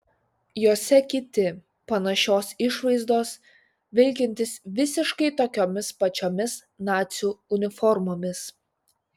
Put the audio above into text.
jose kiti panašios išvaizdos vilkintys visiškai tokiomis pačiomis nacių uniformomis